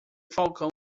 falcão